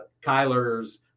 Kyler's